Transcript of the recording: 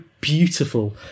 beautiful